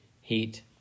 heat